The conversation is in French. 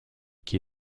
qui